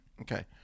okay